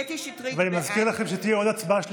אינו נוכח קטי קטרין שטרית, אינה נוכחת